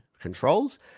controls